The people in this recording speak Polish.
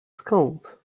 skąd